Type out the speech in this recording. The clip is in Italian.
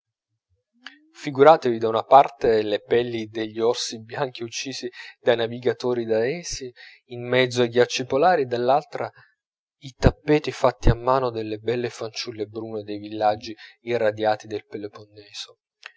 figuratevi da una parte le pelli degli orsi bianchi uccisi dai navigatori danesi in mezzo ai ghiacci polari dall'altra i tappeti fatti a mano dalle belle fanciulle brune nei villaggi irradiati del